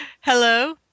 Hello